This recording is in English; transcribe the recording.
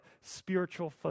spiritual